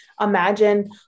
imagine